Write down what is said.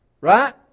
right